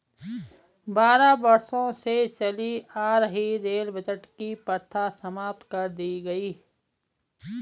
बारह वर्षों से चली आ रही रेल बजट की प्रथा समाप्त कर दी गयी